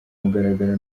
mugaragaro